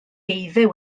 eiddew